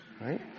Right